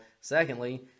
secondly